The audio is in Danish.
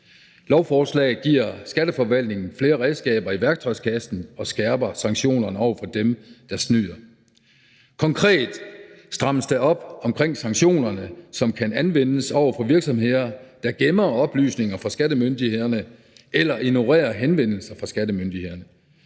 Lovforslaget giver Skatteforvaltningen flere redskaber i værktøjskassen og skærper sanktionerne over for dem, der snyder. Konkret strammes der op omkring sanktionerne, som kan anvendes over for virksomheder, der gemmer oplysninger fra skattemyndighederne eller ignorerer henvendelser fra skattemyndighederne.